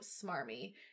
smarmy